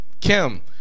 Kim